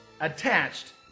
attached